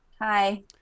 hi